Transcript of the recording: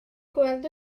gweld